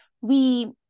we-